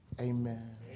Amen